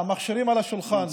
המכשירים על השולחן.